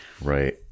Right